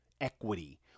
Equity